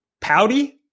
pouty